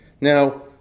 Now